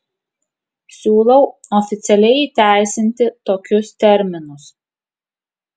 siūlau oficialiai įteisinti tokius terminus